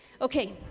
Okay